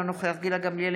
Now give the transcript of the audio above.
אינו נוכח גילה גמליאל,